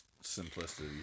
simplicity